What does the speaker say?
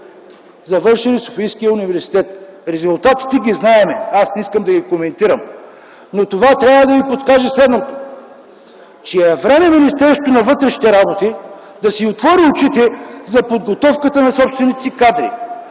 завършили Софийския университет. Резултатите ги знаем, аз не искам да ги коментирам. Това трябва да ни подскаже, че е време Министерството на вътрешните работи да си отвори очите за подготовката на собствените си кадри,